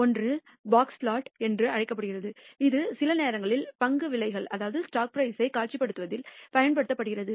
ஒன்று box plot என்று அழைக்கப்படுகிறது இது சில நேரங்களில் பங்கு விலைகளை காட்சிப்படுத்துவதில் பயன்படுத்தப்படுகிறது